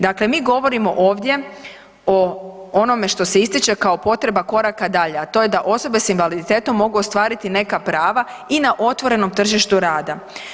Dakle, mi govorimo ovdje o onome što se ističe kao potreba koraka dalje, a to je da osobe s invaliditetom mogu ostvariti neka prava i na otvorenom tržištu rada.